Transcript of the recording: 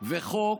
חוק